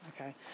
Okay